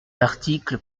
l’article